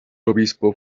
obispo